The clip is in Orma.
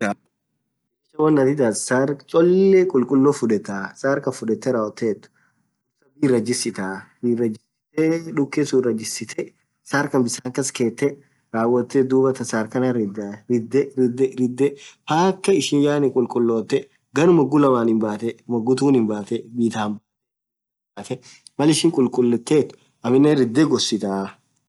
Dhursaa wonn atin itathu sarr cholee khullkhulo fudhetha sarr Khan fudhethee rawothethu dhursaa bii Irra jisthaa bii iraa jistee dhukeee sunn iraa jistee sarr Khan bisan kaskethe rawothethu dhuathan sarr khanan ridhaa ridhe ridhe ridhe mpkaa ishin yaani khulkhullothe garr moghu lamaanin bathee moghu tunnin bathe bidhaan batheee Mal ishin khukhulethethu aminen ridhe ghosithaa